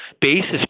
basis